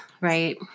right